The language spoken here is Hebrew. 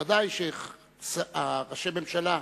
ודאי שראשי הממשלה